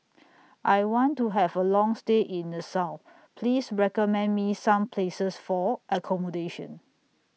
I want to Have A Long stay in Nassau Please recommend Me Some Places For accommodation